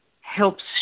helps